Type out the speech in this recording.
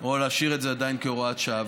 או להשאיר את זה עדיין כהוראת שעה.